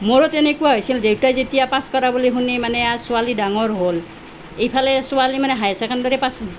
মোৰো তেনেকুৱা হৈছিল দেউতাই যেতিয়া পাছ কৰা বুলি শুনি মানে আৰ ছোৱালী ডাঙৰ হ'ল ইফালে ছোৱালী মানে হায়াৰ চেকেণ্ডাৰী পাছ